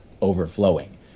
overflowing